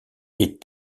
est